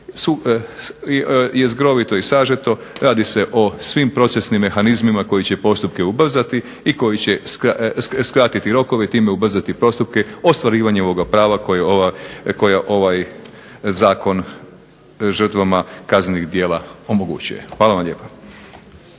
Jezgrovito i sažeto, radi se o svim procesnim mehanizmima koji će postupke ubrzati i koji će skratiti rokove, i time ubrzati postupke ostvarivanja ovoga prava koje ovaj zakon žrtvama kaznenih djela omogućuje. Hvala vam lijepa.